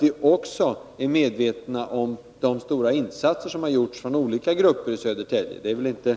Vi är också medvetna om de stora insatser som har gjorts från olika grupper i Södertälje.